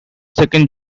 second